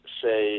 say